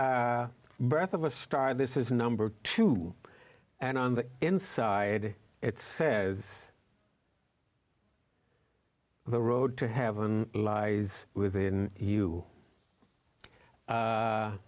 star this is number two and on the inside it says the road to heaven lies within you